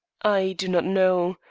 i do not know.